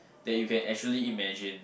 that you can actually imagine